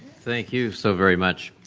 thank you so very much.